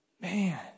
Man